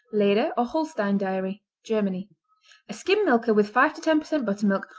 leder, or holstein dairy germany a skim-milker with five to ten percent buttermilk,